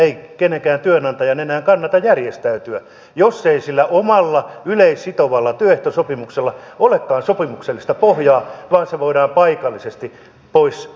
ei kenenkään työnantajan enää kannata järjestäytyä jos ei sillä omalla yleissitovalla työehtosopimuksella olekaan sopimuksellista pohjaa vaan se voidaan paikallisesti pois sopia